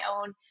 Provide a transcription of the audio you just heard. own